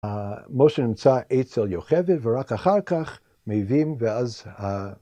‫משה נמצא אצל יוכבד, ‫ורק אחר כך מיבים, ואז...